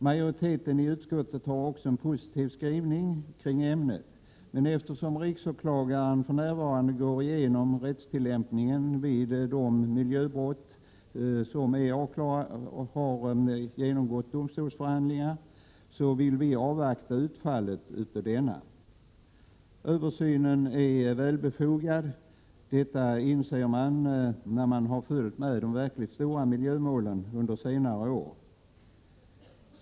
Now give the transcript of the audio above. Majoriteten i utskottet har också en positiv skrivning i frågan, men eftersom riksåklagaren för närvarande går igenom rättstillämpningen i de miljöbrott som har behandlats i domstol, vill vi avvakta utfallet av denna utredning. Översynen är befogad — det inser man när man har följt de verkligt stora miljömålen under senare år.